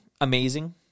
amazing